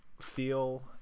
feel